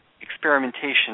experimentation